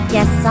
Yes